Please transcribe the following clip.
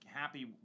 happy